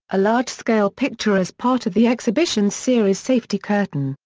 a large scale picture as part of the exhibition series safety curtain,